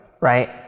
right